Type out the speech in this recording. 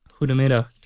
Goedemiddag